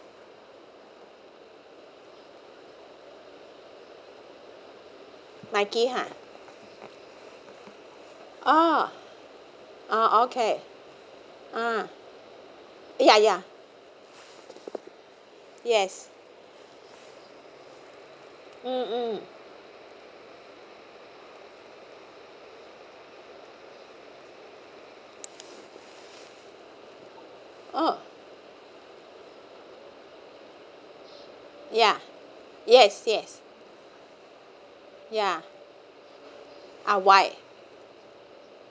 nike ha oh oh okay uh ya ya yes mm mm oh ya yes yes ya uh white